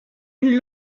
une